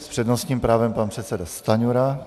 S přednostním právem pan předseda Stanjura.